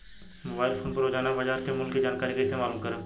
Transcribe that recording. Mobile phone पर रोजाना बाजार मूल्य के जानकारी कइसे मालूम करब?